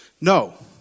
No